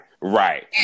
right